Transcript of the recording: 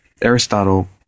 Aristotle